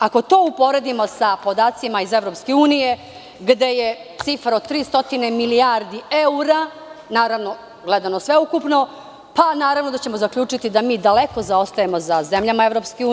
Ako to uporedimo sa podacima iz EU, gde je cifra od 300 milijardi evra gledano ukupno, naravno da ćemo zaključiti da daleko zaostajemo za zemljama EU.